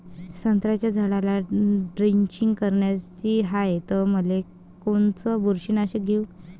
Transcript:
संत्र्याच्या झाडाला द्रेंचींग करायची हाये तर मग कोनच बुरशीनाशक घेऊ?